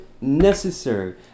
necessary